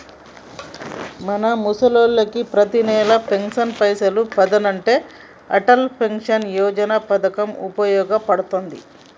మన ముసలోళ్ళకి పతినెల పెన్షన్ పైసలు పదనంటే అటల్ పెన్షన్ యోజన పథకం ఉపయోగ పడుతుంది